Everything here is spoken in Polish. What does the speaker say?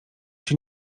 się